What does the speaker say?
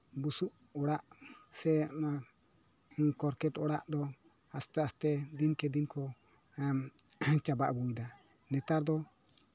ᱵᱩᱥᱩᱵ ᱚᱲᱟᱜ ᱥᱮ ᱚᱱᱟ ᱠᱚᱨᱜᱮᱴ ᱚᱲᱟᱜ ᱫᱚ ᱟᱥᱛᱮ ᱟᱥᱛᱮ ᱫᱤᱱᱠᱮ ᱫᱤᱱ ᱫᱚ ᱪᱟᱵᱟ ᱟᱹᱜᱩᱭᱮᱫᱟ ᱱᱮᱛᱟᱨ ᱫᱚ